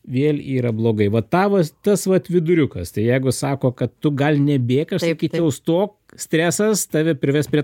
vėl yra blogai va ta vos tas vat viduriukas tai jeigu sako kad tu gal nebėk aš sakyčiau stok stresas tave prives prie